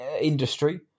industry